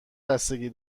بستگی